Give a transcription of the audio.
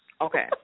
Okay